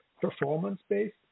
performance-based